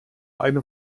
eine